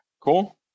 Cool